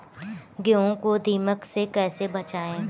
गेहूँ को दीमक से कैसे बचाएँ?